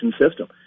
system